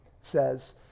says